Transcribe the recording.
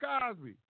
Cosby